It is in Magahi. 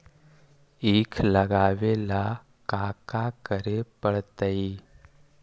ईख लगावे ला का का करे पड़तैई?